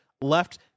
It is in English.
Left